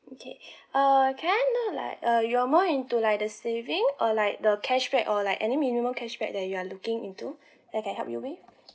okay uh can I know like uh you're more into like the saving or like the cashback or like any minimum cash back that you are looking into I can help you with